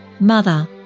Mother